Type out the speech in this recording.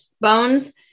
Bones